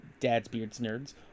dadsbeardsnerds